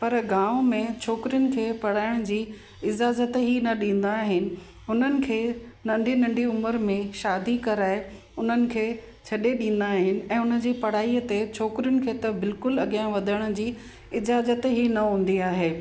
पर गाम में छोकिरियुनि खे पढ़ाइण जी इज़ाज़त ई न ॾींदा आहिनि हुननि खे नंढी नंढी उमिरि में शादी कराए उन्हनि खे छॾे ॾींदा आहिनि ऐं उन जी पढ़ाईअ ते छोकिरियुनि खे त बिल्कुलु अॻियां वधण जी इज़ाज़त ई न हूंदी आहे